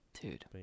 Dude